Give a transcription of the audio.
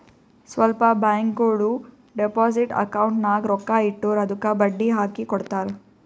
ಸ್ವಲ್ಪ ಬ್ಯಾಂಕ್ಗೋಳು deposit account ನಾಗ್ ರೊಕ್ಕಾ ಇಟ್ಟುರ್ ಅದ್ದುಕ ಬಡ್ಡಿ ಹಾಕಿ ಕೊಡ್ತಾರ್